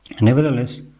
Nevertheless